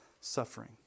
suffering